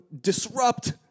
disrupt